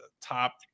top